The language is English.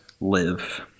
live